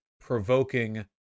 provoking